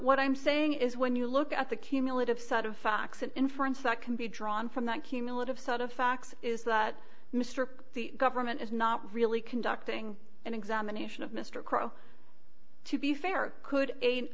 what i'm saying is when you look at the cumulative set of facts an inference that can be drawn from that cumulative set of facts is that mr the government is not really conducting an examination of mr crowe to be fair could a